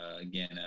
again